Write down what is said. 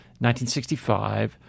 1965